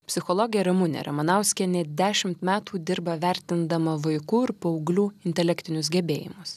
psichologė ramunė ramanauskienė dešimt metų dirba vertindama vaikų ir paauglių intelektinius gebėjimus